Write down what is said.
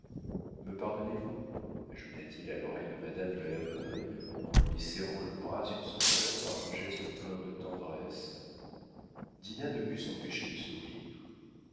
me pardonnez-vous ajouta-t-il à l'oreille de madame de la baudraye en lui serrant le bras sur son cœur par un geste plein de tendresse dinah ne put s'empêcher de sourire